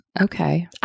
Okay